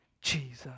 Jesus